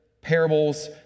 parables